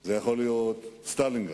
זה יכול להיות סטלינגרד,